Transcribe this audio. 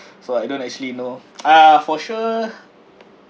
so I don't actually know ah for sure